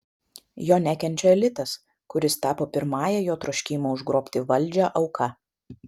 jo nekenčia elitas kuris tapo pirmąja jo troškimo užgrobti valdžią auka